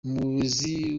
umuyobozi